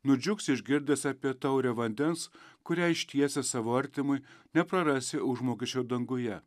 nudžiugs išgirdęs apie taurę vandens kurią ištiesęs savo artimui neprarasi užmokesčio danguje